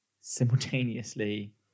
simultaneously